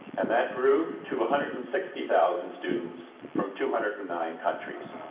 and that grew to one hundred and sixty thousand students from two hundred and nine countries.